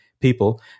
people